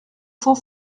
cent